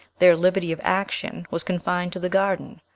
their liberty of action was confined to the garden.